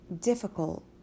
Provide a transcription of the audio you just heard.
difficult